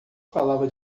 falava